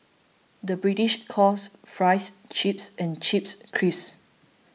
the British calls Fries Chips and Chips Crisps